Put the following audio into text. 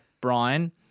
Brian